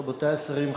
רבותי השרים,